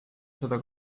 seda